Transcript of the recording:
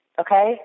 Okay